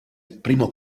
primo